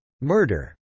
Murder